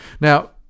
Now